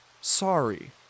Sorry